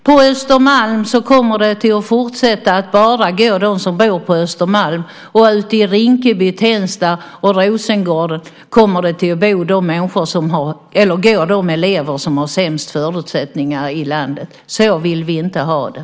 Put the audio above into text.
På Östermalm kommer det fortsatt att vara bara de som bor på Östermalm som går i skola, och i skolorna i Rinkeby, Tensta och Rosengård blir det de elever som har sämst förutsättningar i landet. Så vill vi inte ha det.